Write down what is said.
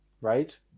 right